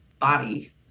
body